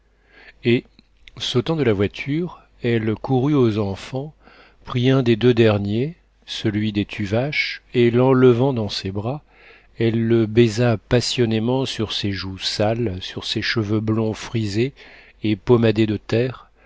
et sautant de la voiture elle courut aux enfants prit un des deux derniers celui des tuvache et l'enlevant dans ses bras elle le baisa passionnément sur ses joues sales sur ses cheveux blonds frisés et pommadés de terre